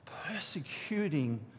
persecuting